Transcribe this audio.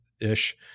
ish